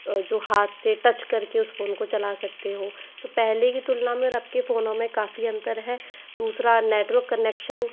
जो हाथ से टच करके उस फ़ोन को चला सकते हो तो पहले की तुलना में और अब के फ़ोनों में काफ़ी अंतर है दूसरा नेटवर्क कनेक्शन